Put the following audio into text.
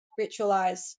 ritualize